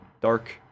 dark